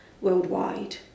worldwide